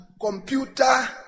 computer